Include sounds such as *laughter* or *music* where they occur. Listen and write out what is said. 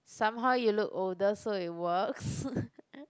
somehow you look older so it works *laughs*